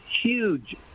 huge